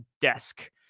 desk